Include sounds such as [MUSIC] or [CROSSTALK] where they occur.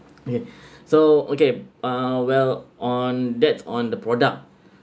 okay [BREATH] so okay uh well on that on the product